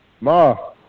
Ma